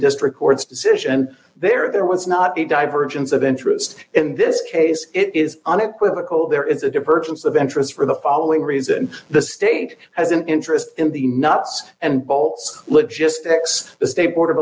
district court's decision and there there was not a divergence of interest in this case it is unequivocal there is a divergence of interest for the following reason the state has an interest in the nuts and bolts logistics the state board of